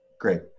great